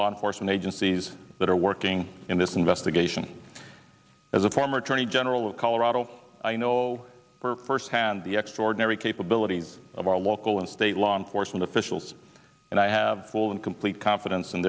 law enforcement agencies that are working in this investigation as a former attorney general of colorado i know firsthand the extraordinary capabilities of our local and state law enforcement officials and i have full and complete confidence in